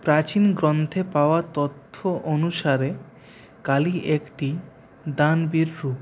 প্রাচীন গ্রন্থে পাওয়া তথ্য অনুসারে কালী একটি দানবীর রূপ